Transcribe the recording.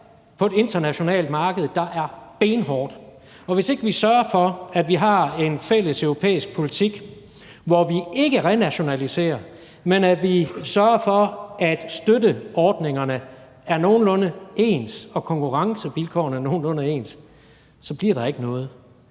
på et internationalt marked, der er benhårdt, og hvis ikke vi sørger for, at vi har en fælles europæisk politik, hvor vi ikke renationaliserer, men sørger for, at støtteordningerne er nogenlunde ens, og at konkurrencevilkårene er nogenlunde ens, så bliver der overhovedet